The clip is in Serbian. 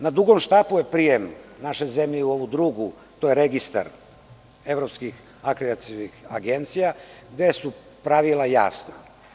Na dugom štapu je prijem naše zemlje u ovu drugu, a to je Registar evropskih akreditacionih agencija, gde su pravila jasna.